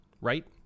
right